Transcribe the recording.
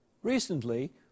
Recently